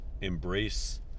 embrace